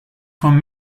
from